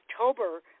October